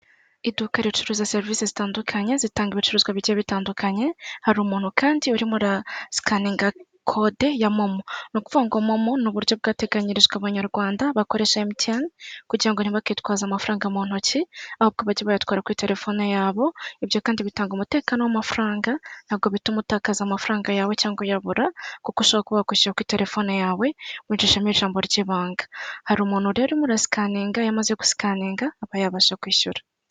Iduka ricuruza serivisi zitandukanye zitanga ibicuruzwa bigiye bitandukanye, hari umuntu kandi urimo urasikaninga kode ya momo. Ni ukuvuga ngo momo ni uburyo bwateganyirijwe abanyarwanda bakoresha Emutiyene kugira ngo ntibakitwaze amafaranga mu ntoki, ahubwo bajye bayatwara kuri telefone yabo, ibyo kandi bitanga umutekano w'amafaranga ntabwo bituma utakaza amafaranga yawe cyangwa uyabura, kuko ushobora kwishyura kuri telefone yawe winjijemo ijambo ry'ibanga. Hari umuntu rero urimo urasikaninga iyo amaze gusikaninga aba yabasha kwishyura.